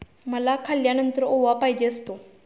मला खाल्यानंतर ओवा पाहिजे असतो